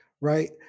Right